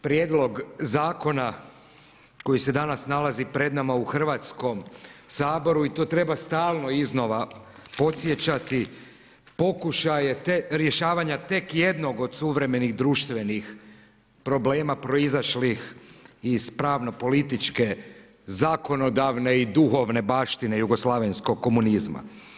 Prijedlog zakona koji se danas nalazi pred nama u Hrvatskom saboru i to treba stalno iznova podsjećati, pokušaj je rješavanja tek jednog od suvremenih društvenih problema proizašlih iz pravno političke zakonodavne i duhovne baštine jugoslavenskog komunizma.